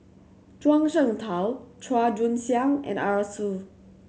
Zhuang Shengtao Chua Joon Siang and Arasu